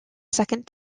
second